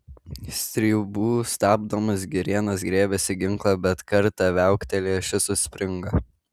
stribų stabdomas girėnas griebėsi ginklo bet kartą viauktelėjęs šis užspringo